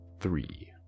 Three